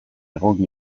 egon